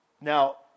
Now